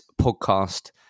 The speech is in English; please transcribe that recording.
podcast